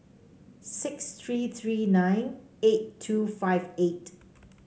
six three three nine eight two five eight